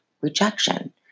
rejection